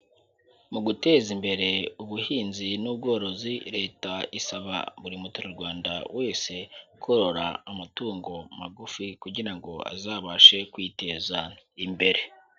Mu guteza imbere ubuhinzi n'ubworozi Leta isaba buri muturarwanda wese, korora amatungo magufi kugira ngo azabashe kwiteza imbere.